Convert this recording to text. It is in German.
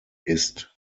ist